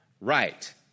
right